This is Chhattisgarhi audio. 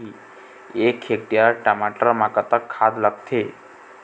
एक हेक्टेयर टमाटर म कतक खाद लागथे?